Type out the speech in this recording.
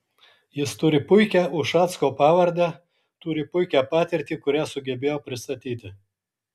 jis turi puikią ušacko pavardę turi puikią patirtį kurią sugebėjo pristatyti